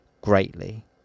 greatly